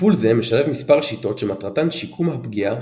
טיפול זה משלב מספר שיטות שמטרתן שיקום הפגיעה